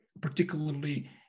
particularly